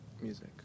music